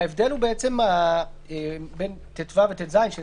ההבדל בין 319טו ו-319טז הוא